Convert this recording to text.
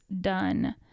done